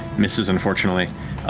misses, unfortunately.